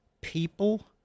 people